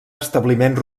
establiment